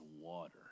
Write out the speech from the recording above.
water